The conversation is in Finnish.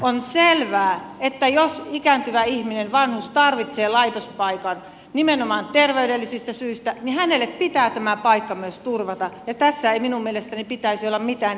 on selvää että jos ikääntyvä ihminen vanhus tarvitsee laitospaikan nimenomaan terveydellisistä syistä niin hänelle pitää tämä paikka myös turvata ja tässä ei minun mielestäni pitäisi olla mitään epäselvyyttä